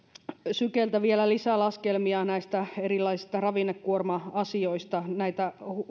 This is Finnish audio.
sykeltä vielä lisälaskelmia näistä erilaisista ravinnekuorma asioista näitä